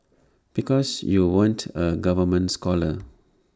because you weren't A government scholar